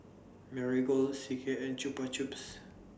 Marigold C K and Chupa Chups